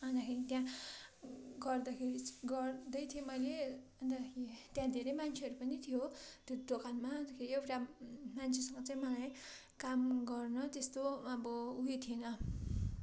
अन्तखेरि त्यहाँ गर्दाखेरि चाहिँ गर्दै थिएँ मैले अन्तखेरि त्यहाँ धेरै मान्छेहरू पनि थियो त्यो दोकानमा अन्तखेरि एउटा मान्छेसँग चाहिँ मलाई काम गर्नु त्यस्तो अब उयो थिएन